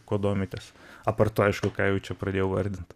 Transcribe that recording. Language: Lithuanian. kuo domitės apart to aišku ką jau čia pradėjau vardint